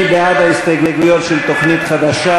מי בעד ההסתייגויות של תוכנית חדשה?